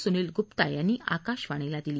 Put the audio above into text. सुनील गुप्ता यांनी आकाशवाणीला दिली